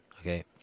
Okay